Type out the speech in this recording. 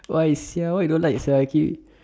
why sia why you don't like sia